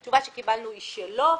והתשובה שקיבלנו היא לא.